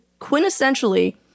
Quintessentially